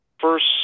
first